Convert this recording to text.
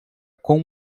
com